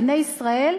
בני ישראל,